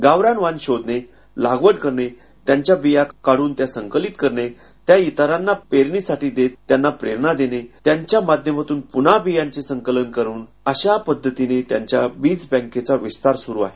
गावरान वाण शोधणे लागवड करणे त्यांच्या बिया काढून त्या संकलित करणे त्या इतराना पेरणीसाठी देत त्याना प्रेरणा देणे त्यांच्या माध्यमातून पून्हा बियांचे संकलन करुन अशा पद्धतीने त्यांच्या बीजबँकेचा विस्तार सुरू आहे